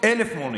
אלף מונים